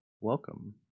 Welcome